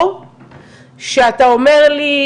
או שאתה אומר לי,